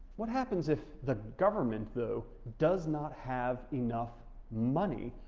what happens if the government though does not have enough money,